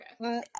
okay